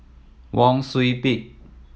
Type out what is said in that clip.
Wang Sui Pick